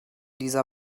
dieser